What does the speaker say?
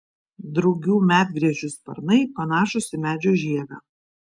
drugių medgręžių sparnai panašūs į medžio žievę